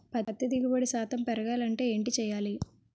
పత్తి దిగుబడి శాతం పెరగాలంటే ఏంటి చేయాలి?